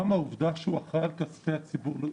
גם העובדה שהוא אחראי על כספי הציבור?